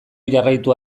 jarraitu